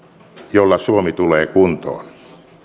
jolla suomi tulee kuntoon